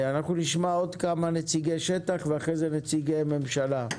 אנחנו נשמע עוד כמה נציגי שטח ולאחר מכן נציגי ממשלה.